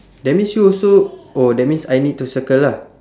that means here also oh that means I need to circle lah